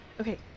Okay